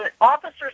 officers